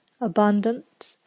abundant